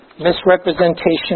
misrepresentation